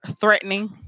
threatening